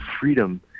freedom